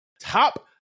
top